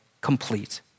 complete